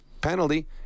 penalty